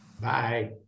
Bye